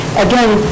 again